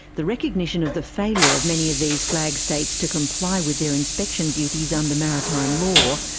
the recognition of the failure of many of these flag states to comply with their inspection duties under maritime law,